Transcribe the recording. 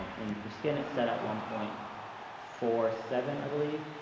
and for skin, it's set at one point four seven, i believe.